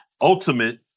ultimate